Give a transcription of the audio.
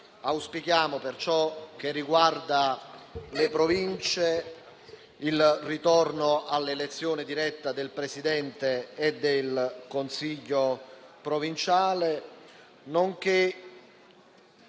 auspichiamo, per ciò che riguarda le Province, il ritorno all'elezione diretta del Presidente e del Consiglio provinciale.